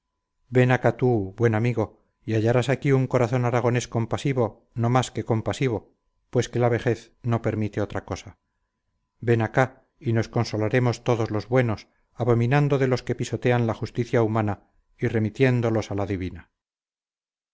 ven acá tú buen amigo y hallarás aquí un corazón aragonés compasivo no más que compasivo pues que la vejez no permite otra cosa ven acá y nos consolaremos todos los buenos abominando de los que pisotean la justicia humana y remitiéndolos a la divina